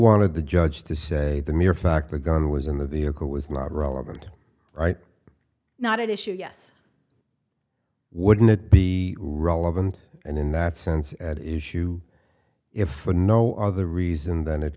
wanted the judge to say the mere fact the gun was in the vehicle was not relevant right not at issue yes wouldn't it be relevant and in that sense at issue if for no other reason than it